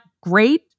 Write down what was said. great